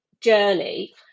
journey